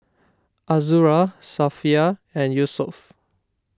Azura Safiya and Yusuf